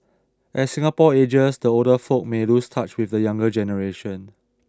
as Singapore ages the older folk may lose touch with the younger generation